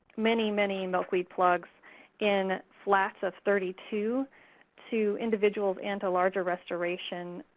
many, many milkweed plugs in flats of thirty two to individuals and to larger restoration